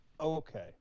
Okay